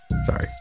Sorry